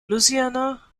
louisiana